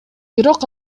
бирок